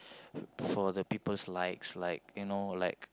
for the people's likes like you know like